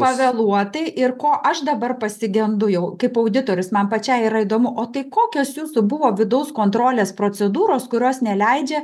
pavėluotai ir ko aš dabar pasigendu jau kaip auditorius man pačiai yra įdomu o tai kokios jūsų buvo vidaus kontrolės procedūros kurios neleidžia